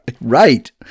Right